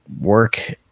work